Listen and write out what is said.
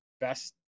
best